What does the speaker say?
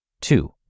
Two